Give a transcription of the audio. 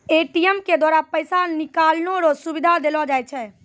ATM के द्वारा पैसा निकालै रो सुविधा देलो जाय छै